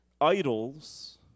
Idols